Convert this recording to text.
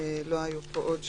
לא היו פה עוד שינויים.